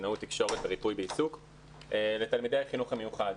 קלינאות תקשורת וריפוי בעיסוק לתלמידי החינוך המיוחד,